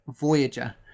voyager